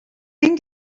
این